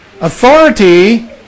Authority